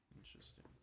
Interesting